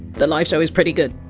the live show is pretty good.